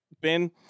Ben